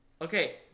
Okay